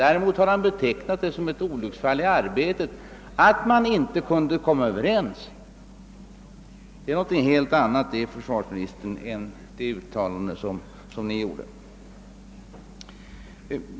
Däremot har han betecknat det som ett olycksfall i arbetet att man inte kunde komma överens. Det är någonting helt annat än det uttalande som försvarsministern gjorde.